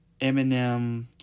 Eminem